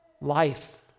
life